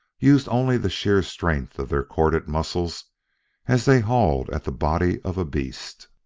used only the sheer strength of their corded muscles as they hauled at the body of a beast.